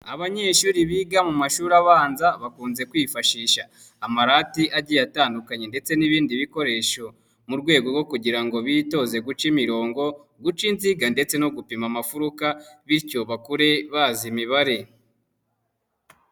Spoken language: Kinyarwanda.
Abanyeshuri biga mu mashuri abanza, bakunze kwifashisha amarati agiye atandukanye ndetse n'ibindi bikoresho, mu rwego rwo kugira ngo bitoze guca imirongo, guca inziga ndetse no gupima amafuruka, bityo bakure bazi imibare.